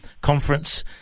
Conference